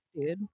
dude